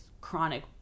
chronic